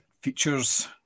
Features